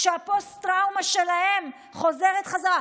כשהפוסט-טראומה שלהם חוזרת בחזרה?